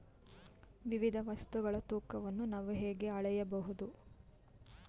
ವಿವಿಧ ವಸ್ತುಗಳ ತೂಕವನ್ನು ನಾವು ಹೇಗೆ ಅಳೆಯಬಹುದು?